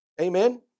Amen